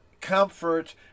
comfort